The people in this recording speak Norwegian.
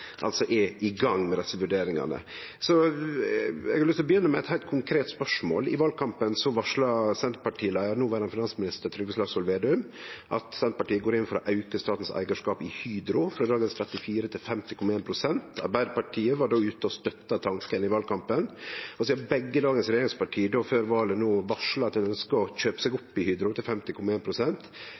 altså er i gang med desse vurderingane. Eg har lyst til å begynne med eit heilt konkret spørsmål. I valkampen varsla Senterparti-leiaren, noverande finansminister Trygve Slagsvold Vedum, at Senterpartiet går inn for å auke statens eigarskap i Hydro frå dagens 34 pst. til 50,1 pst. Arbeidarpartiet var ute og støtta tanken i valkampen. Sidan begge dagens regjeringsparti før valet varsla at ein ønskjer å kjøpe seg opp i Hydro til